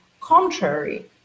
contrary